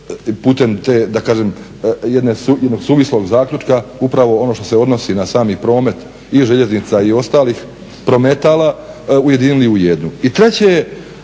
putem te da kažem jednog suvislog zaključka upravo ono što se odnosi na sami promet i željeznica i ostalih prometala ujedinili u jednu.